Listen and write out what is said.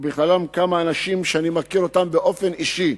ובכללם כמה אנשים שאני מכיר באופן אישי,